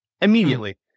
immediately